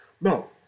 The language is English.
No